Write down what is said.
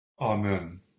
Amen